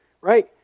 Right